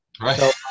Right